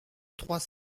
trois